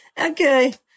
okay